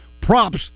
props